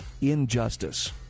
injustice